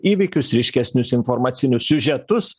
įvykius ryškesnius informacinius siužetus